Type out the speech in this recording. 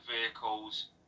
vehicles